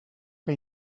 que